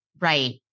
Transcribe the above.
Right